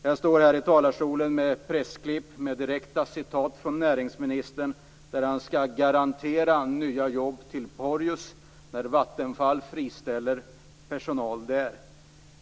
Jag står här i talarstolen med pressklipp med direkta citat från näringsministern i vilka det sägs att han skall garantera nya jobb till Porjus när Vattenfall friställer personal där.